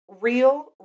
Real